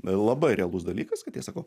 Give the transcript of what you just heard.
labai realus dalykas kad jie sako